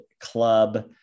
club